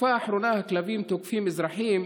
בתקופה האחרונה הכלבים תוקפים אזרחים,